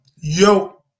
yo